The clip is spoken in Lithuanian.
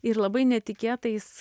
ir labai netikėtais